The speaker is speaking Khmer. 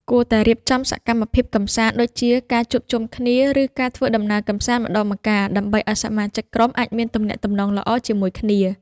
គួរតែរៀបចំសកម្មភាពកម្សាន្តដូចជាការជួបជុំគ្នា ឬការធ្វើដំណើរកម្សាន្តម្តងម្កាលដើម្បីឲ្យសមាជិកក្រុមអាចមានទំនាក់ទំនងល្អជាមួយគ្នា។